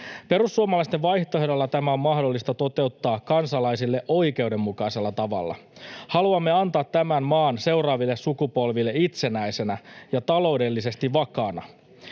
Perussuomalaisten vaihtoehdolla tämä on mahdollista toteuttaa kansalaisille oikeudenmukaisella tavalla. Haluamme antaa tämän maan seuraaville sukupolville itsenäisenä ja taloudellisesti vakaana.